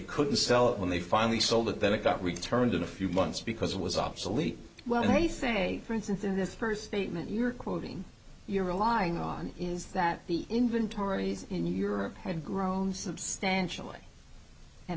couldn't sell it when they finally sold it then it got returned in a few months because it was obsolete well they say for instance in this first statement you're quoting you're relying on is that the inventories in europe have grown substantially and